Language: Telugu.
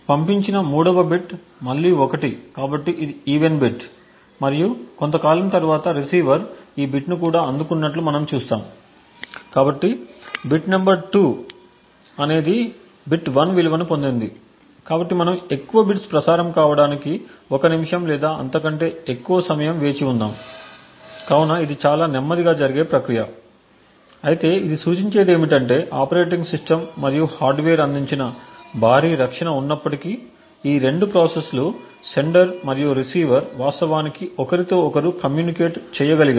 పంపిన 3 వ బిట్ మళ్ళీ 1 కాబట్టి ఇది ఈవెన్ బిట్ మరియు కొంతకాలం తర్వాత రిసీవర్ ఈ బిట్ ను కూడా అందుకున్నట్లు మనం చూస్తాము కాబట్టి బిట్ నంబర్ 2 అనేది బిట్ 1 విలువను పొందింది కాబట్టి మనం ఎక్కువ బిట్స్ ప్రసారం కావడానికి ఒక నిమిషం లేదా అంతకంటే ఎక్కువ సమయం వేచి ఉందాం కాబట్టి ఇది చాలా నెమ్మదిగా జరిగే ప్రక్రియ అయితే ఇది సూచించేది ఏమిటంటే ఆపరేటింగ్ సిస్టమ్ మరియు హార్డ్వేర్ అందించిన భారీ రక్షణ ఉన్నప్పటికీ ఈ రెండు ప్రాసెస్లు సెండర్ మరియు రిసీవర్ వాస్తవానికి ఒకరితో ఒకరు కమ్యూనికేట్ చేయగలిగారు